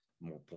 more